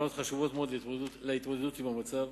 הבנות חשובות מאוד להתמודדות עם המצב.